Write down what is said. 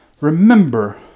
Remember